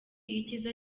icyiza